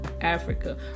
Africa